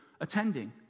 attending